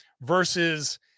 versus